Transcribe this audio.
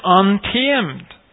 untamed